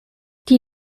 die